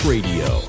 Radio